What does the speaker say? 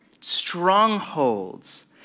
strongholds